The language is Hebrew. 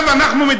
אז גם הם ייהנו.